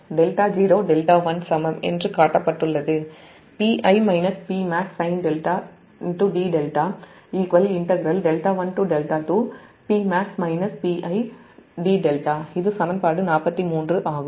δ0 δ1 சமம் என்று காட்டப்பட்டுள்ளது இது சமன்பாடு 43 ஆகும்